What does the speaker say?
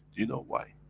you know why?